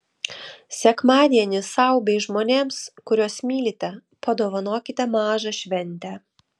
sekmadienį sau bei žmonėms kuriuos mylite padovanokite mažą šventę